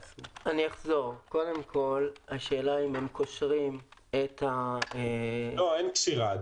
אחזור: קודם כול השאלה אם קושרים את --- אין קשירה.